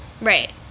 Right